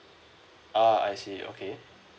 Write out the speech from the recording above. ah I see okay